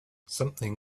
something